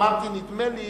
אמרתי שנדמה לי